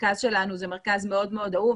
המרכז שלנו הוא מרכז מאוד אהוב,